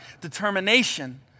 determination